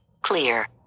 clear